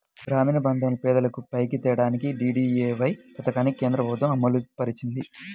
గ్రామీణప్రాంతాల్లో పేదలను పైకి తేడానికి డీడీయూఏవై పథకాన్ని కేంద్రప్రభుత్వం అమలుపరిచింది